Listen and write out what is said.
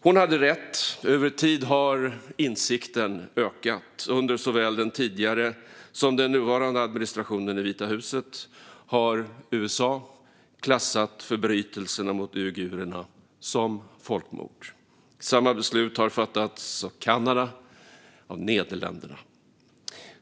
Hon hade rätt - över tid har insikten ökat. Under såväl den tidigare som den nuvarande administrationen i Vita huset har USA klassat förbrytelserna mot uigurerna som folkmord. Samma beslut har fattats av Kanada och Nederländerna.